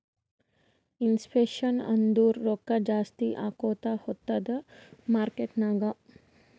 inflation ಅಂದುರ್ ರೊಕ್ಕಾ ಜಾಸ್ತಿ ಆಕೋತಾ ಹೊತ್ತುದ್ ಮಾರ್ಕೆಟ್ ನಾಗ್